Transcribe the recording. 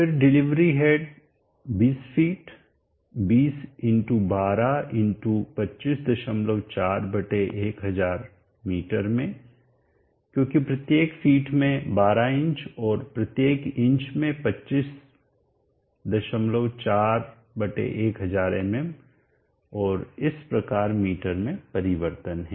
फिर delivery head 20 feet 20 × 12 × 254 1000 metre में क्योंकि प्रत्येक फीट में 12 इंच और प्रत्येक इंच में 254 mm1000 और इस प्रकार मीटर में परिवर्तन है